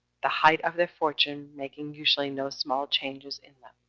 the height of their fortune making usually no small changes in them.